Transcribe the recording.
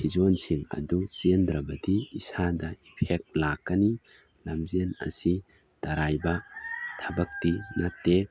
ꯐꯤꯖꯣꯜꯁꯤꯡ ꯑꯗꯨ ꯆꯦꯟꯗ꯭ꯔꯕꯗꯤ ꯏꯁꯥꯗ ꯏꯐꯦꯛ ꯂꯥꯛꯀꯅꯤ ꯂꯝꯖꯦꯟ ꯑꯁꯤ ꯇꯔꯥꯏꯕ ꯊꯕꯛꯇꯤ ꯅꯠꯇꯦ